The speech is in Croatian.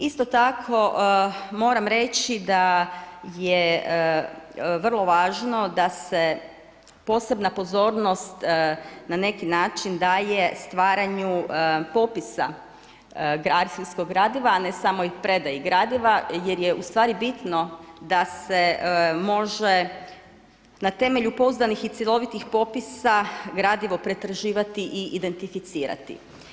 Isto tako moram reći da je vrlo važno da se posebna pozornost na neki način daje stvaranju popisa arhivskog gradiva, a ne samo predaji gradiva jer je bitno da se može na temelju pouzdanih i cjelovitih popisa gradivo pretraživati i identificirati.